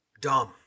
dumb